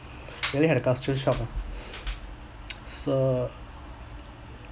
really had a cultural shock ah so